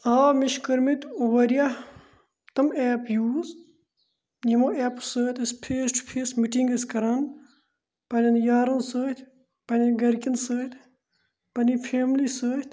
آ مےٚ چھِ کٔرۍ مٕتۍ واریاہ تم ایپ یوٗز یِمو ایپو سۭتۍ أسۍ فیس ٹُو فیس مِٹِنٛگ ٲسۍ کَران پنٕنٮ۪ن یارَن سۭتۍ پنٕنٮ۪ن گَرِکٮ۪ن سۭتۍ پنٕنہِ فیملی سۭتۍ